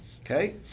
Okay